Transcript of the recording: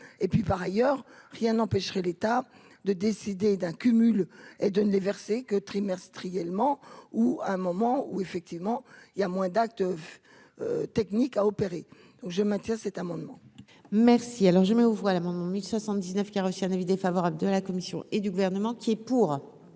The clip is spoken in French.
et puis par ailleurs, rien n'empêcherait l'État de décider d'un cumul et de déverser que trimestriellement ou à un moment où effectivement il y a moins d'actes techniques à opérer, donc je maintiens cet amendement. Merci, alors je mets aux voix l'amendement 1079 qui a reçu un avis défavorable de la commission et du gouvernement qui est pour.